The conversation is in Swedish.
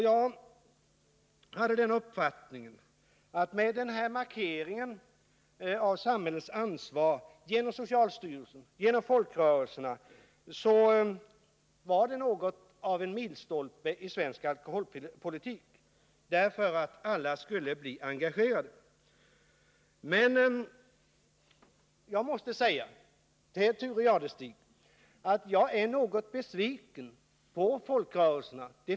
Jag hade den uppfattningen att den markering av samhällets ansvar som gjordes genom att folkrörelserna blev representerade i nämnden innebar något av en milstolpe i svensk alkoholpolitik. Tanken var att alla skulle vara representerade. Men jag måste säga till Thure Jadestig att j de flesta av folkrörelserna.